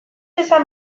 esan